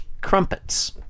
crumpets